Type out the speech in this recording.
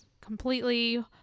completely